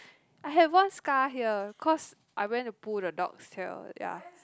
I have one scar here cause I went to pull the dog's tail ya